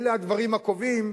אלה הדברים הקובעים,